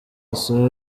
maso